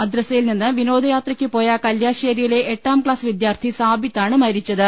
മദ്രസയിൽ നിന്ന് വിനോദയാത്രയ്ക്ക് പോയ കല്യാശ്ശേരിയിലെ എട്ടാം ക്ലാസ് വിദ്യാർത്ഥി സാബിത്താണ് മരിച്ചത്